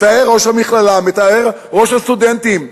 מתאר ראש המכללה, מתאר ראש הסטודנטים,